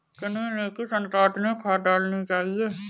चने में किस अनुपात में खाद डालनी चाहिए?